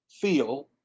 feel